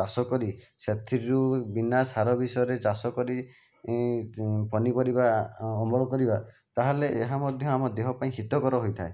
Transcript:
ଚାଷ କରି ସେଥିରୁ ବିନା ସାର ବିଷୟରେ ଚାଷ କରି ପନିପରିବା ଅମଳ କରିବା ତାହେଲେ ଏହା ମଧ୍ୟ ଆମ ଦେହ ପାଇଁ ହିତକର ହୋଇଥାଏ